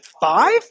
Five